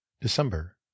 december